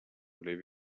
live